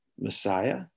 Messiah